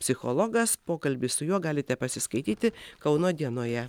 psichologas pokalbį su juo galite pasiskaityti kauno dienoje